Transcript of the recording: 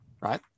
right